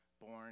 born